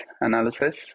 analysis